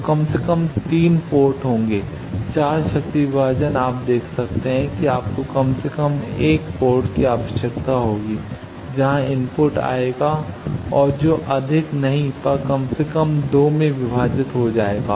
तो कम से कम 3 पोर्ट होंगे 4 शक्ति विभाजन आप देख सकते हैं कि आपको कम से कम एक पोर्ट की आवश्यकता होगी जहां इनपुट आएगा और जो अधिक नहीं पर कम से कम 2 में विभाजित हो जाएगा